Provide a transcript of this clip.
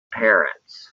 parrots